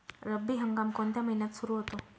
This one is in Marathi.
रब्बी हंगाम कोणत्या महिन्यात सुरु होतो?